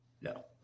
No